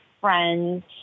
friends